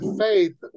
faith